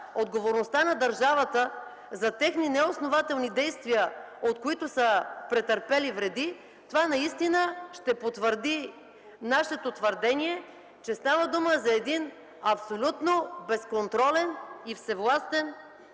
отговорността на държавата за техни неоснователни действия, от които са претърпели вреди, това наистина ще докаже нашето твърдение, че става дума за един абсолютно безконтролен и всевластен